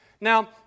Now